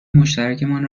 مشترکمان